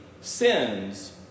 sins